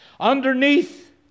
Underneath